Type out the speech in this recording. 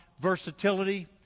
versatility